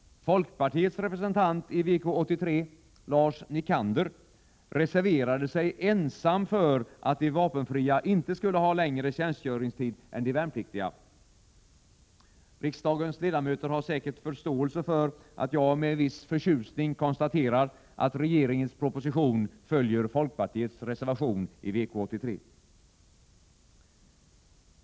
Folkpartiets representant i VK 83 — Lars Nicander — reserverade sig ensam för att de som gjorde vapenfri tjänst inte skulle ha längre tjänstgöringstid än de värnpliktiga. Riksdagens ledamöter har säkert förståelse för att jag med viss förtjusning konstaterar att regeringens proposition följer folkpartiets reservation i VK 83.